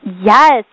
Yes